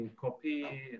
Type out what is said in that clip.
Copy